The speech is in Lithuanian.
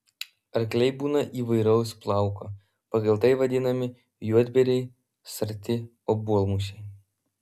arkliai būna įvairaus plauko pagal tai vadinami juodbėriai sarti obuolmušiai